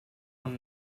und